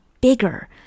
bigger